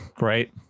right